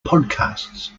podcasts